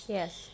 yes